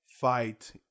fight